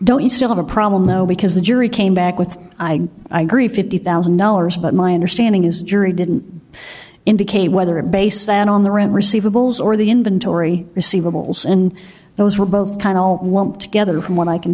don't you still have a problem though because the jury came back with i agree fifty thousand dollars but my understanding is jury didn't indicate whether a based on on the room receivables or the inventory receivables and those were both kind of together from what i can